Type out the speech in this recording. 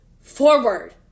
forward